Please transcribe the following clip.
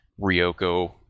Ryoko